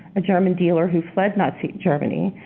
a german dealer who fled nazi germany,